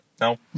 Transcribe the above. No